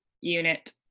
unit